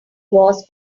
was